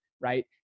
right